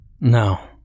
No